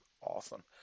Awesome